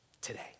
today